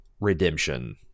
redemption